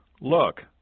Look